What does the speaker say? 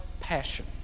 passion